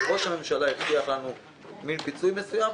ראש הממשלה הבטיח לנו פיצוי מסוים,